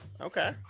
Okay